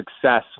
success